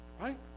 right